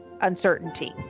uncertainty